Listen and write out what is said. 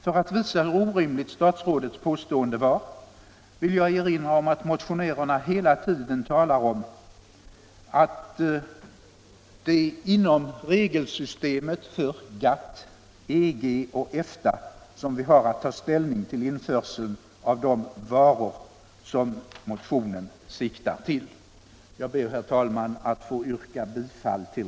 För att visa hur orimligt statsrådets påstående var vill jag erinra om att motionärerna hela tiden talar om att det är inom regelsystemet för GATT, EG och EFTA som vi har att ta ställning till införseln av de varor som motionen syftar till.